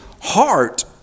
Heart